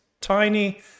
tiny